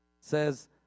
says